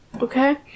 okay